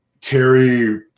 Terry